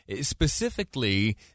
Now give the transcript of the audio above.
specifically